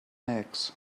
legs